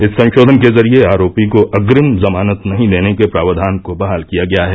इस संशोधन के जरिए आरोपी को अग्रिम जमानत नहीं देने के प्रावधान को बहाल किया गया है